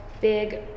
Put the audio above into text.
big